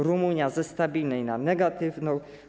Rumunia - ze stabilnej na negatywną.